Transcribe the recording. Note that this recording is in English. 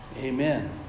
amen